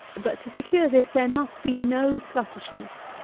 but to secure this, there must be no sluttishness.